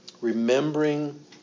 remembering